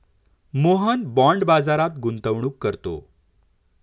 Mohan bond बाजारात गुंतवणूक करतो